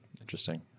Interesting